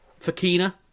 Fakina